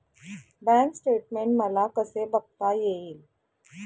Bank statement मला कसे बघता येईल?